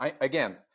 Again